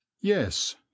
yes